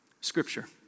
Scripture